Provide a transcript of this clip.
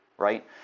right